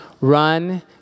Run